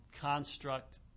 construct